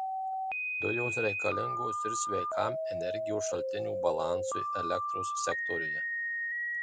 dujos reikalingos ir sveikam energijos šaltinių balansui elektros sektoriuje